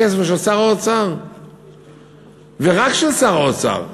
הכסף הוא של שר האוצר ורק של שר האוצר.